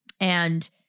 and-